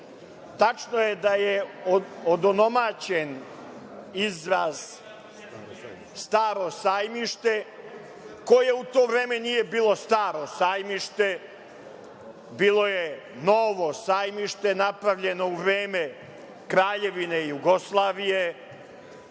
Tačno je da je odomaćen izraz "Staro sajmište", koje u to vreme nije bilo staro sajmište, bilo je novo sajmište, napravljeno u vreme Kraljevine Jugoslavije,